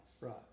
Right